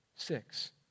Six